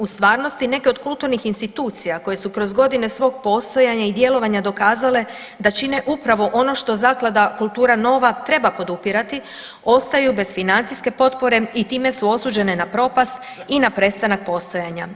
U stvarnosti neke od kulturnih institucija koje su kroz godine svog postojanja i djelovanja dokazale da čine upravo ono što zaklada Kultura nova treba podupirati ostaju bez financijske potpore i time su osuđene na propast i na prestanak postojanja.